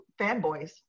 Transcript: fanboys